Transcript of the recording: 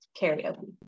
karaoke